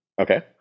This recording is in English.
okay